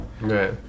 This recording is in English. Right